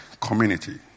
community